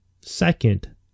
Second